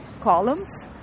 columns